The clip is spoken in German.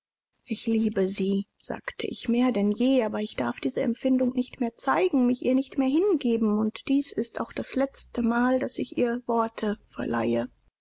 ich liebe sie sagte ich mehr denn je aber ich darf diese empfindung nicht mehr zeigen mich ihr nicht mehr hingeben und dies ist auch das letzte mal daß ich ihr worte verleihe